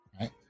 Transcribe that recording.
Right